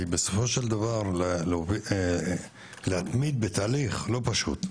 כי, בסופו של דבר, להתמיד בתהליך לא פשוט.